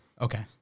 Okay